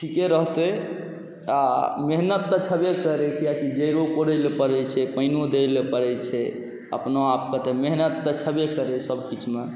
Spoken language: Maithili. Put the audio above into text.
ठीके रहतै आओर मेहनति तऽ छेबे करै कियाकि जड़ि कोड़ैलए पड़ै छै पानि दैलए पड़ै छै अपनो आपके मेहनति तऽ छेबे करै सबकिछुमे